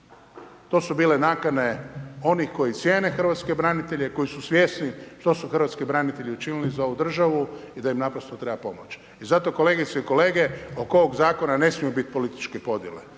To su bile nakane onih koji cijene hrvatske branitelje, koji su svjesni što su hrvatski branitelji učinili za ovu državu i da im naprosto treba pomoći. I zato kolegice i kolege, oko ovog Zakona ne smije biti političke podjele.